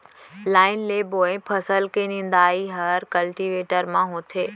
line ले बोए फसल के निंदई हर कल्टीवेटर म होथे